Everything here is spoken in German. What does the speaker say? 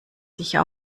sicher